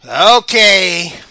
Okay